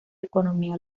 economía